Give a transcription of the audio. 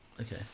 Okay